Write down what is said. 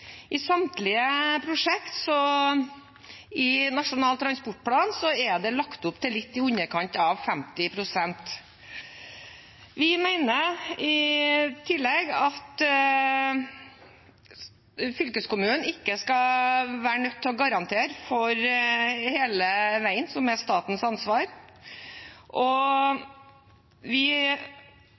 I samtlige prosjekt i Nasjonal transportplan er det lagt opp til litt i underkant av 50 pst. Vi mener i tillegg at fylkeskommunen ikke skal være nødt til å garantere for hele veien, som er statens ansvar. Vi har derfor forslagene nr. 1 og